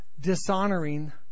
dishonoring